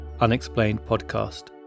unexplainedpodcast